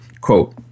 quote